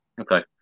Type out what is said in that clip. Okay